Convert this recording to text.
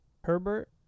Herbert